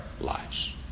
lives